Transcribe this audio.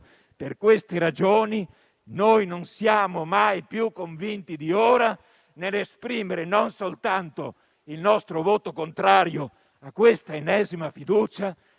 Per queste ragioni, non siamo mai stati più convinti di ora nell'esprimere non soltanto il nostro voto contrario a questa ennesima fiducia,